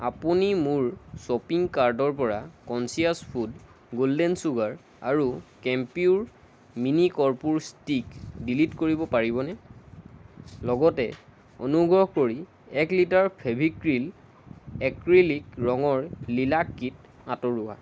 আপুনি মোৰ শ্বপিং কাৰ্টৰ পৰা কনচিয়াছ ফুড গোল্ডেন ছুগাৰ আৰু কেম্পিউৰ মিনি কৰ্পূৰ ষ্টিক ডিলিট কৰিব পাৰিবনে লগতে অনুগ্ৰহ কৰি এক লিটাৰ ফেভিক্ৰিল এক্ৰিলিক ৰঙৰ লিলাক কিট আঁতৰোৱা